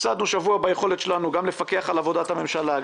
הפסדנו שבוע גם ביכולת שלנו לפקח על עבודת הממשלה,